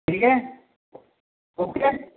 ठीक है ओके